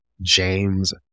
James